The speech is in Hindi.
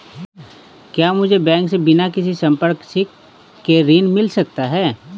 क्या मुझे बैंक से बिना किसी संपार्श्विक के ऋण मिल सकता है?